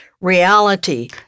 reality